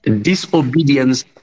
disobedience